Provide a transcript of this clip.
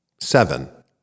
Seven